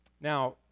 Now